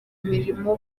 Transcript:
imirimo